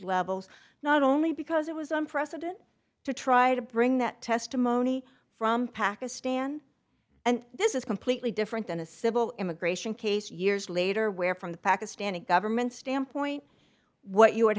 levels not only because it was on precedent to try to bring that testimony from pakistan and this is completely different than a civil immigration case years later where from the pakistani government standpoint what you would